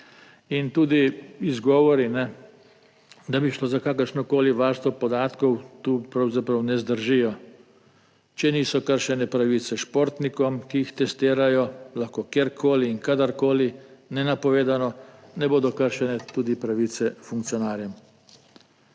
In tudi izgovori, da bi šlo za kakršnokoli varstvo podatkov, tu pravzaprav ne zdržijo; če niso kršene pravice športnikom, ki jih testirajo, lahko kjerkoli in kadarkoli nenapovedano, ne bodo kršene tudi pravice funkcionarjem.